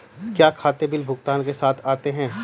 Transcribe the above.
क्या खाते बिल भुगतान के साथ आते हैं?